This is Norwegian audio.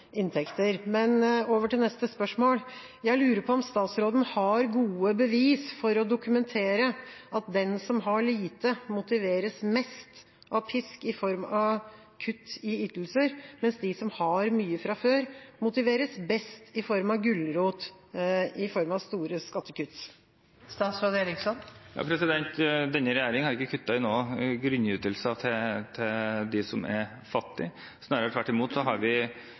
inntekter. Over til neste spørsmål: Jeg lurer på om statsråden har gode bevis for og kan dokumentere at den som har lite, motiveres mest av pisk i form av kutt i ytelser, mens de som har mye fra før, motiveres best av gulrot i form av store skattekutt? Denne regjeringen har ikke kuttet i noen grunnytelser til dem som er fattige, snarere tvert imot. Vi har samlet sett faktisk styrket tilbudet for de barna som vokser opp med fattige foreldre. Vi